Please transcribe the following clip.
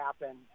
happen